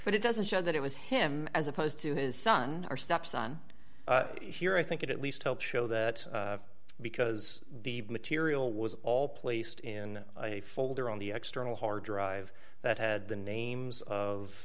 but it doesn't show that it was him as opposed to his son or stepson here i think it at least help show that because the material was all placed in a folder on the external hard drive that had the names of